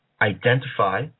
identify